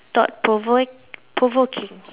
thought provoke provoking